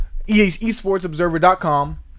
esportsobserver.com